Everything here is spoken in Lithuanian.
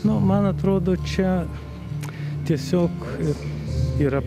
nu man atrodo čia tiesiog ir yra